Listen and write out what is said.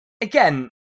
again